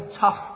tough